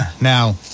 Now